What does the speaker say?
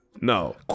no